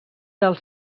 del